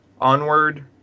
Onward